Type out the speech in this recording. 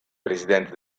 presidente